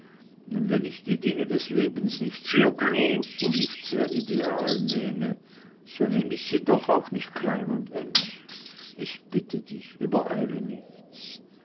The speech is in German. und wenn ich die dinge des lebens nicht sehr groß und nicht sehr ideal nehme so nehm ich sie doch auch nicht klein und eng ich bitte dich übereile nichts